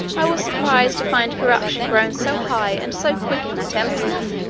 i was surprised to find corruption grown so high and so quick in that empire,